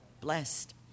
blessed